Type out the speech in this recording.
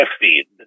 feed